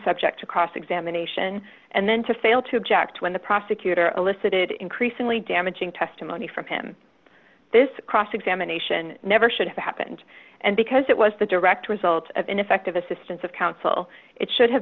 subject to cross examination and then to fail to object when the prosecutor elicited increasingly damaging testimony from him this cross examination never should have happened and because it was the direct result of ineffective assistance of counsel it should have